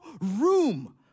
room